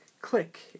click